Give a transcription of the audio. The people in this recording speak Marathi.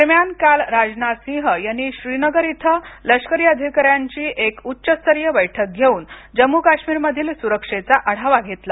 दरम्यान काल राजनाथ सिंह यांनी श्रीनगर इथ लष्करी अधिकाऱ्यांची एक उच्च स्तरीय बैठक घेऊन जम्मू काश्मीर मधील सुरक्षेचा आढावा घेतला